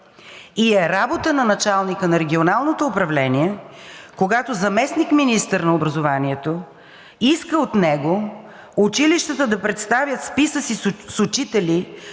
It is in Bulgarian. И е работа на началника на Регионалното управление, когато заместник-министър на образованието иска от него училищата да представят списъци с учители,